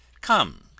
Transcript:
Come